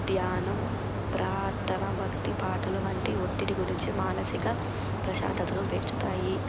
ధ్యానం ప్రార్తన భక్తి పాటలు వంటి ఒత్తిడి గురించి మానసిక ప్రశాంతతను పెంచుతాయి